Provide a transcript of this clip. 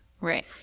Right